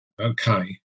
Okay